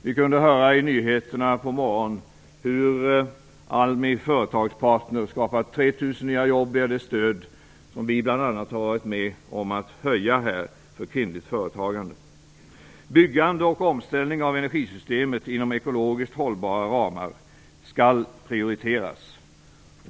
Vi kunde höra i nyheterna i morse hur ALMI Företagspartner skapat 3 000 nya jobb via det stöd för kvinnligt företagande som vi har varit med om att höja. Byggande och omställning av energisystemet inom ekologiskt hållbara ramar skall prioriteras.